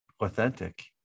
Authentic